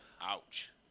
Ouch